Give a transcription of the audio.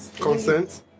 Consent